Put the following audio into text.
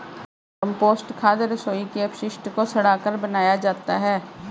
compost खाद रसोई के अपशिष्ट को सड़ाकर बनाया जाता है